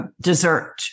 dessert